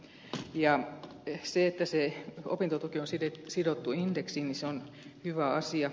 se että se opintotuki on sidottu indeksiin on hyvä asia